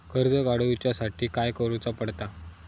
कर्ज काडूच्या साठी काय करुचा पडता?